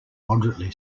moderately